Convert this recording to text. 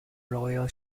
royal